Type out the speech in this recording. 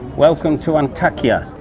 welcome to antakya.